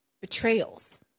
betrayals